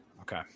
Okay